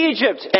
Egypt